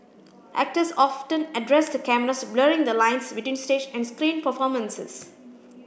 actors often addressed the cameras blurring the lines between stage and screen performances